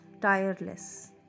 Tireless